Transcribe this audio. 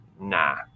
nah